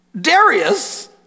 Darius